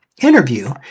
interview